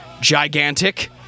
gigantic